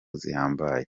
zihambaye